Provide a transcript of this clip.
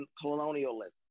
colonialism